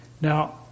now